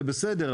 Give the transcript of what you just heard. זה בסדר,